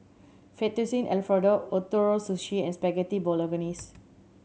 Fettuccine Alfredo Ootoro Sushi and Spaghetti Bolognese